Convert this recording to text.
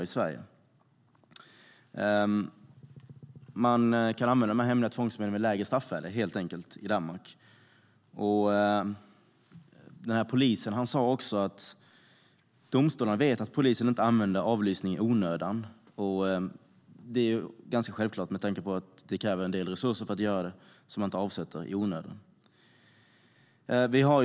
I Danmark kan man helt enkelt använda de här hemliga tvångsmedlen med ett lägre straffvärde. Polisen sade också att domstolarna vet att polisen inte använder avlyssning i onödan, vilket är ganska självklart med tanke på att det kräver en del resurser, som man inte avsätter i onödan, för att göra det.